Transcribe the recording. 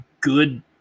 good